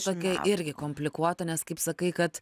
tokia irgi komplikuota nes kaip sakai kad